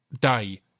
day